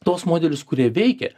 tuos modelius kurie veikia